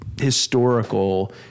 historical